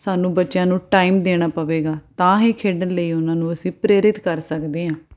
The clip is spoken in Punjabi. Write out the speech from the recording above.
ਸਾਨੂੰ ਬੱਚਿਆਂ ਨੂੰ ਟਾਈਮ ਦੇਣਾ ਪਵੇਗਾ ਤਾਂ ਹੀ ਖੇਡਣ ਲਈ ਉਹਨਾਂ ਨੂੰ ਅਸੀਂ ਪ੍ਰੇਰਿਤ ਕਰ ਸਕਦੇ ਹਾਂ